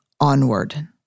onward